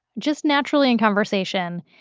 just naturally in conversation,